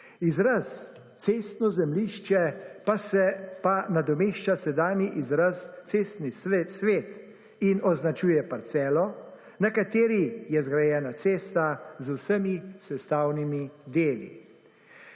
Izraz cestno zemljišče pa nadomešča sedanji izraz cestni svet in označuje parcelo, na kateri je zgrajena cesta z vsemi sestavnimi deli.